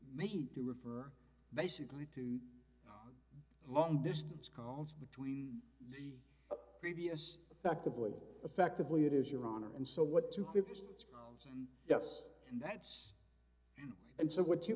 me to refer basically to long distance calls between the previous effectively effectively it is your honor and so what to fists and yes and that's and so what you